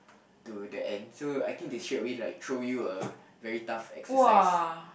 to the actual I think they straight away like throw you a a very tough exercise